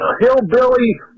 hillbilly